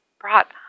brought